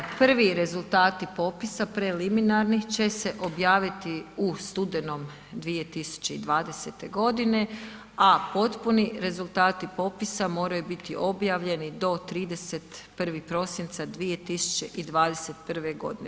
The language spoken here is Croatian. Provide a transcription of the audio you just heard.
Prvi rezultati popisa, preliminarni će se objaviti u studenom 2020. godine, a potpuni rezultati popisa moraju biti objavljeni do 31. prosinca 2021. godine.